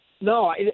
No